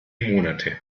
monate